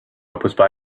telescope